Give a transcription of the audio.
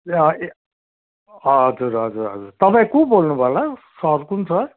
ए अँ ए हजुर हजुर हजुर तपाईँ को बोल्नुभयो होला सर कुन सर